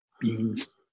beans